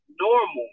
normal